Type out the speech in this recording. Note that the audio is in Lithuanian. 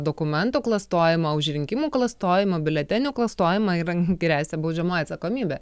dokumentų klastojimą už rinkimų klastojimą biuletenių klastojimą gresia baudžiamoji atsakomybė